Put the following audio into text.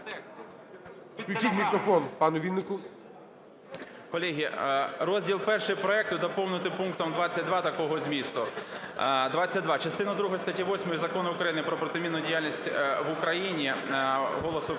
Колеги, розділ І проекту доповнити пунктом 22 такого змісту: "Частину другу статті 8 Закону України "Про протимінну діяльність в Україні" ("Голос України",